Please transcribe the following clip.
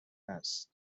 است